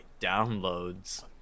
downloads